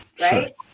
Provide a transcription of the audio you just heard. right